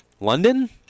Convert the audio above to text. london